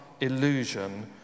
illusion